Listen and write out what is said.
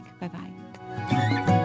Bye-bye